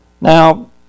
Now